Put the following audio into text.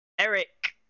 Eric